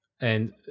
and-